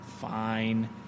Fine